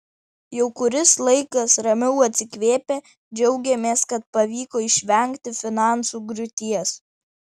jau kuris laikas ramiau atsikvėpę džiaugiamės kad pavyko išvengti finansų griūties